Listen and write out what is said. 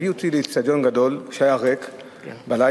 הביאו אותי לאיצטדיון גדול שהיה ריק בלילה,